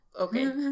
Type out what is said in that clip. okay